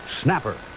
Snapper